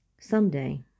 Someday